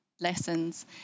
lessons